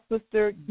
sister